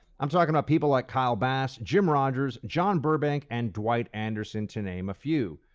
i'm talking about people like kyle bass, jim rogers, john burbank, and dwight anders, and to name a few.